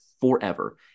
forever